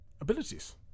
abilities